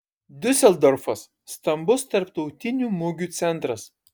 diuseldorfas stambus tarptautinių mugių centras